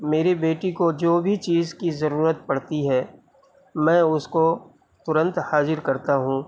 میری بیٹی کو جو بھی چیز کی ضرورت پڑتی ہے میں اس کو ترنت حاضر کرتا ہوں